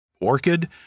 orchid